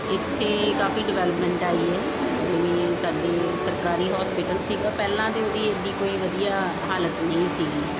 ਇੱਥੇ ਕਾਫ਼ੀ ਡਿਵੈਲਪਮੈਂਟ ਆਈ ਹੈ ਜਿਵੇਂ ਸਾਡੇ ਸਰਕਾਰੀ ਹੋਸਪੀਟਲ ਸੀਗਾ ਪਹਿਲਾਂ ਤਾਂ ਉਹਦੀ ਐਡੀ ਕੋਈ ਵਧੀਆ ਹਾਲਤ ਨਹੀਂ ਸੀਗੀ